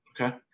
Okay